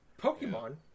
Pokemon